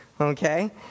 okay